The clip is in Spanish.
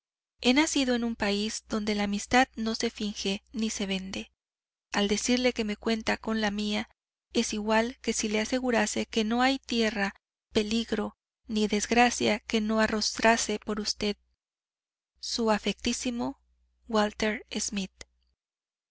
he nacido en un país donde la amistad no se finge ni se vende al decirle que cuenta con la mía es igual que si le asegurase que no hay en la tierra peligro ni desgracia que no arrostrase por usted su afectísimo walter smith